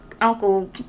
uncle